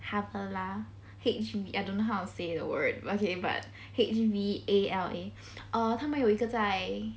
Hvala H I don't know how to say the word okay but H V A L A uh 他们有一个在